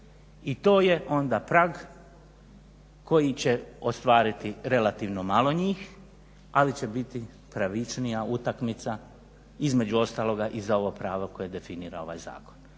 I to je onda prag koji će ostvariti relativno malo njih, ali će biti pravičnija utakmica, između ostaloga i za ovo pravo koje definira ovaj zakon.